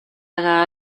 haga